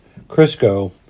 Crisco